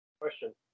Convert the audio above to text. question